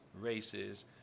races